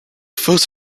first